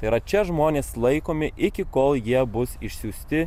tai yra čia žmonės laikomi iki kol jie bus išsiųsti